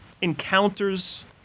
encounters